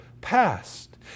past